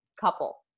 couple